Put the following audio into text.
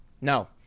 No